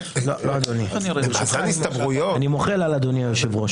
אני מוחה על אדוני היושב-ראש.